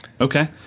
Okay